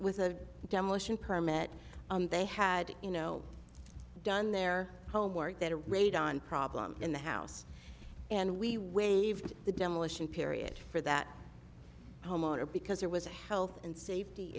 with a demolition permit they had you know done their homework that a raid on problem in the house and we waived the demolition period for that homeowner because there was a health and safety